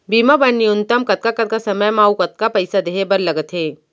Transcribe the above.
बीमा बर न्यूनतम कतका कतका समय मा अऊ कतका पइसा देहे बर लगथे